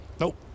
Nope